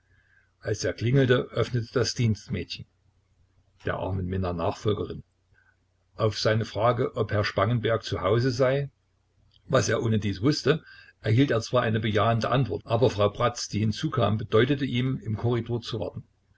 als er klingelte öffnete das dienstmädchen der armen minna nachfolgerin auf seine frage ob herr spangenberg zu hause sei was er ohnedies wußte erhielt er zwar eine bejahende antwort aber frau bratz die hinzukam bedeutete ihm im korridor zu warten